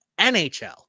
NHL